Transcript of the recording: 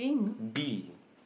bee